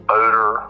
odor